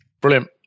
brilliant